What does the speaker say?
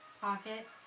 pocket